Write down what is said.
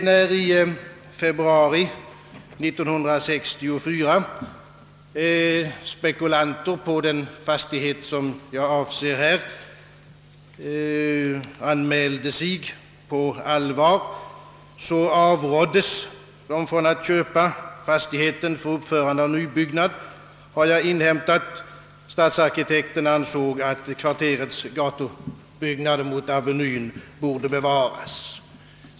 När i februari 1964 spekulanter på den fastighet jag här avser anmälde sig på allvar, avråddes de från att köpa fastigheten för att där uppföra en nybyggnad. Enligt vad jag inhämtat ansåg stadsarkitekten att kvarterets gatubyggnader mot Avenyen borde bevaras.